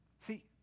See